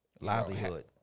Livelihood